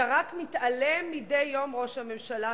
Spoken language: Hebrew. אתה רק מתעלם מדי יום, ראש הממשלה,